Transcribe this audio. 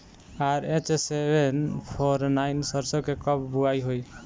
RH seven four nine सरसो के कब बुआई होई?